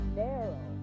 narrow